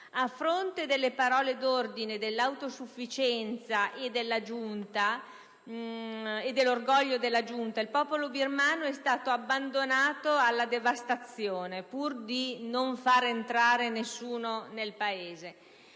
A fronte delle parole d'ordine dell'autosufficienza e dell'orgoglio della giunta, il popolo birmano è stato abbandonato alla devastazione, pur di non far entrare nessuno nel Paese.